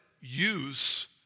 use